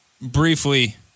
briefly